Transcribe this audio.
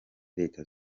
leta